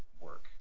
work